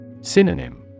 Synonym